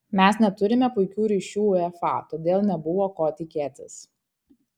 mes neturime puikių ryšių uefa todėl nebuvo ko tikėtis